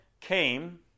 came